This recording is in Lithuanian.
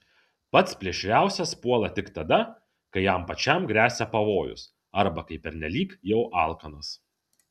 pats plėšriausias puola tik tada kai jam pačiam gresia pavojus arba kai pernelyg jau alkanas